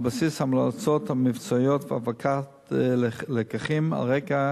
על בסיס המלצות מבצעיות והפקת לקחים על רקע